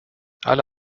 alle